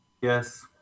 Yes